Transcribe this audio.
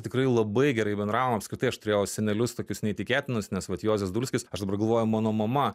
tikrai labai gerai bendravom apskritai aš turėjau senelius tokius neįtikėtinus nes vat juozas dulskis aš dabar galvoju mano mama